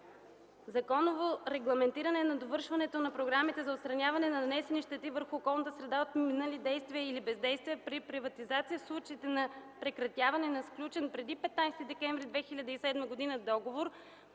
законово регламентиране на довършването на програмите за отстраняване на нанесените щети върху околната среда от минали действия или бездействия при приватизация в случаите на прекратяване на сключен преди 15 декември 2007 г. договор,